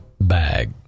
bag